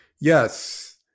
Yes